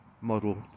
model